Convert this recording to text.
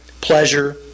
pleasure